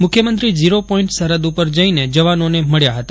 મુખ્યમંત્રી ઝીરોપોઇન્ટ સરહદ ઉપર જઇને જવાનોને મળ્યા હતા